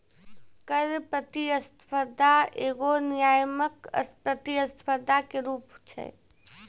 कर प्रतिस्पर्धा एगो नियामक प्रतिस्पर्धा के रूप छै